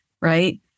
right